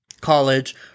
college